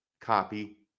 copy